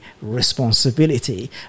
responsibility